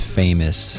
famous